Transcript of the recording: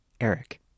Eric